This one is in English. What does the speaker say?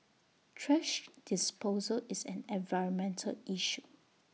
thrash disposal is an environmental issue